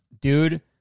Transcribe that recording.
dude